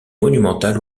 monumentale